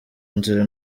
nzira